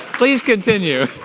please continue.